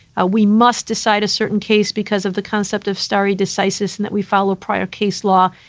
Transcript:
ah we must decide a certain case because of the concept of stari decisis and that we follow prior case law.